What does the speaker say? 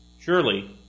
Surely